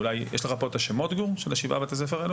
גור יש לך פה את שמות בתי הספר?